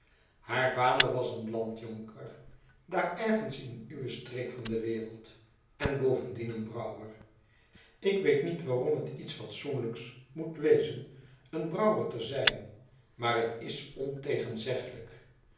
haar vader was een landjonker daar ergens in uwe streek van de wereld en bovendien een brouwer ik weet niet waarom het iets fatsoenlijks moet wezen een brouwer te zijn maar het is